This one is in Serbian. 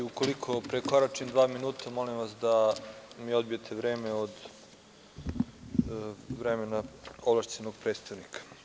Ukoliko prekoračim dva minuta, molim vas da mi odbijete vreme od vremena ovlašćenog predstavnika.